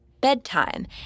bedtime